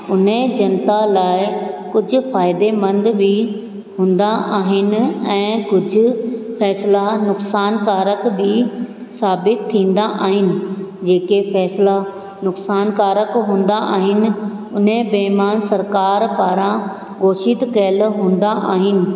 हुन जनता लाइ कुझु फ़ाइदेमंदु बि हूंदा आहिनि ऐं कुझु फ़ैसिला नुक़सानुकारक बि साबितु थींदा आहिनि जेके फ़ैसिला नुक़सानुकारक हूंदा आहिनि हुन बेमान सरकारि पारां घोषित कयल हूंदा आहिनि